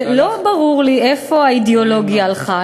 ולא ברור לי לאיפה האידיאולוגיה הלכה.